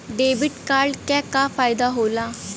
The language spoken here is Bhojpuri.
डेबिट कार्ड क का फायदा हो ला?